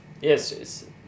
yes